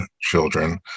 children